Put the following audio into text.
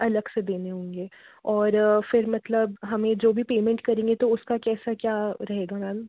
अलग से देने होंगे और फिर मतलब हमें जो भी पेमेंट करेंगे तो उसका कैसा क्या रहेगा मैम